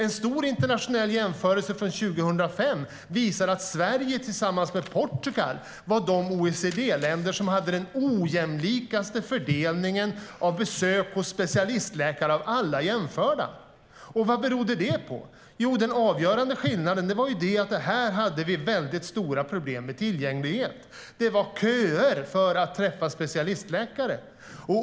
En stor internationell jämförelse från 2005 visar att Sverige och Portugal var de OECD-länder som av alla jämförda hade den mest ojämlika fördelningen av besök hos specialistläkare. Vad berodde detta på? Jo, den avgörande skillnaden var att vi hade mycket stora problem med tillgänglighet. Det var köer för att träffa specialistläkare.